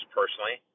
personally